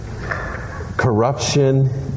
corruption